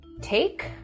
take